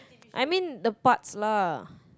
I mean the parts lah